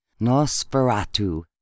Nosferatu